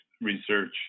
research